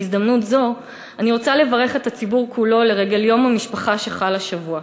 בהזדמנות זו אני רוצה לברך את הציבור כולו לרגל יום המשפחה שחל השבוע,